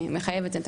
מחייב את זה.